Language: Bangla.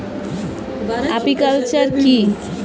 আপিকালচার কি?